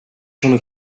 champs